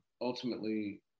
ultimately